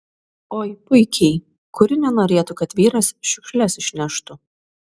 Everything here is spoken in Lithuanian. oi puikiai kuri nenorėtų kad vyras šiukšles išneštų